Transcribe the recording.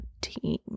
team